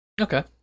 okay